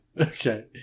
Okay